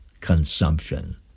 consumption